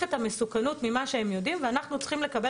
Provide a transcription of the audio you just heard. את המסוכנות לפי מה שהם יודעים ואנחנו צריכים לקבל